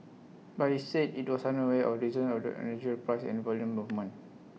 but IT said IT was unaware of reasons of the unusual price and volume movement